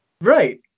Right